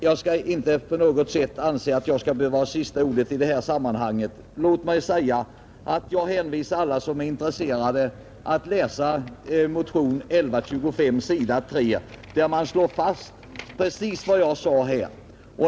Herr talman! Det är inte så att jag måste ha sista ordet i det här sammanhanget, men jag hänvisar alla som är intresserade att läsa motionen 1125 s. 3, där man slår fast precis vad jag sade här.